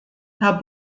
herr